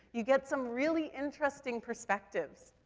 you get some really interesting perspectives.